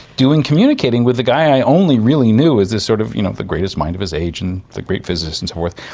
doing communicating with the guy i only really knew as as sort of you know the greatest mind of his age and the great physicist and so forth?